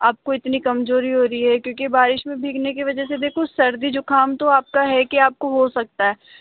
आपको इतनी कमजोरी हो रही है क्योंकि बारिश में भीगने की वजह से देखो सर्दी जुकाम तो आपका है की आपको हो सकता है